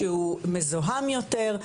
שהוא מזוהם יותר,